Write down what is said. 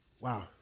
Wow